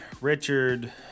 Richard